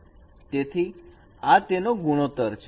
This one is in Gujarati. તેથી આ તેનો ગુણોત્તર છે